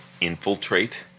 infiltrate